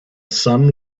sun